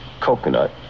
coconut